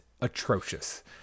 atrocious